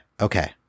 okay